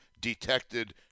detected